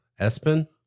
Espen